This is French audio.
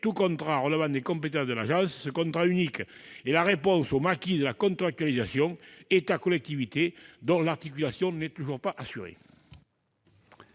tout contrat relevant des compétences de l'agence. Ce contrat unique est la réponse au maquis de la contractualisation État-collectivités, dont l'articulation n'est pas toujours assurée.